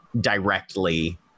directly